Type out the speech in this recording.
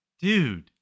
Dude